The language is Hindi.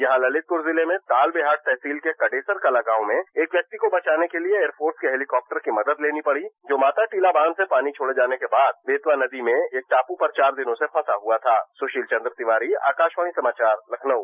यहां ललितपुर जिले में तालबेहाट तहसील के कादेसराकला गांव से एक व्यक्ति को बचाने के लिए एयरपोर्ट के हेलीकाप्टर की मदद लेनी पड़ी जो माताटीला बांध से पानी छोड़े जाने के बाद बेतवा नदी में एक टाप्र पर चार दिनों से फंसा हुआ था सुशील चन्द्र तिवारी आकाशवाणी समाचार लखनऊ